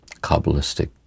Kabbalistic